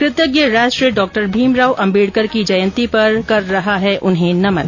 कृतज्ञ राष्ट्र डॉ भीमराव अम्बेडकर की जयंती पर कर रहा है उन्हें नमन